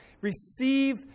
receive